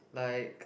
like